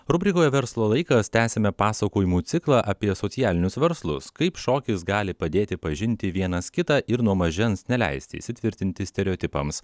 rubrikoje verslo laikas tęsiame pasakojimų ciklą apie socialinius verslus kaip šokis gali padėti pažinti vienas kitą ir nuo mažens neleisti įsitvirtinti stereotipams